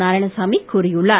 நாராயணசாமி கூறியுள்ளார்